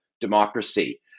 democracy